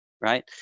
Right